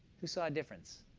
who saw a difference?